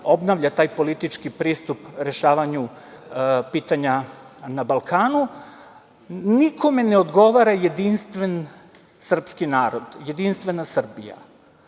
obnavlja taj politički pristup rešavanju pitanja na Balkanu. Nikome ne odgovara jedinstven srpski narod, jedinstvena Srbija,